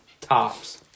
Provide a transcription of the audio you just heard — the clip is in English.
Tops